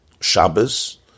Shabbos